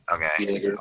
Okay